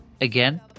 again